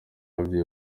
ababyeyi